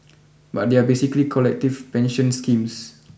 but they are basically collective pension schemes